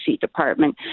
department